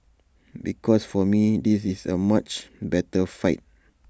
because for me this is A much better fight